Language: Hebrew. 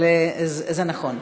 אבל זה נכון.